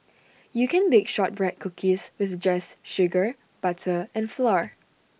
you can bake Shortbread Cookies just with sugar butter and flour